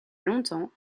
longtemps